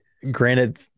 Granted